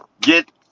get